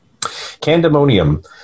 candemonium